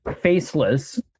faceless